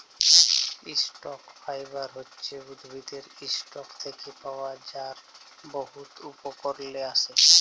stock fibre হছে উদ্ভিদের ইসটক থ্যাকে পাওয়া যার বহুত উপকরলে আসে